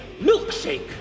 milkshake